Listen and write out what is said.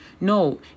no